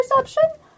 perception